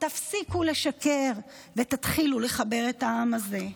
תפסיקו לשקר ותתחילו לחבר את העם הזה.